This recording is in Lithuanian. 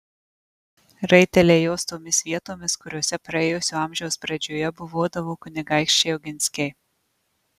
raiteliai jos tomis vietomis kuriose praėjusio amžiaus pradžioje buvodavo kunigaikščiai oginskiai